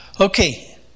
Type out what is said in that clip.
Okay